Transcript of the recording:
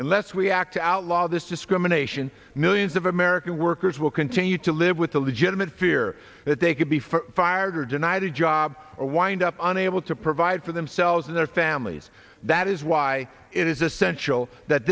unless we act to outlaw this discrimination millions of american workers will continue to live with a legitimate fear that they could be for fired or denied a job or wind up unable to provide for themselves and their families that is why it is essential that